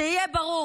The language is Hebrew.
שיהיה ברור.